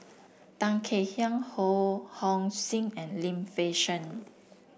Tan Kek Hiang Ho Hong Sing and Lim Fei Shen